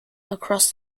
across